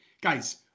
Guys